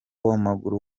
w’amaguru